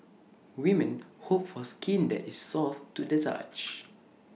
women hope for skin that is soft to the touch